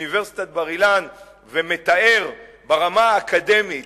לאוניברסיטת בר-אילן ומתאר ברמה האקדמית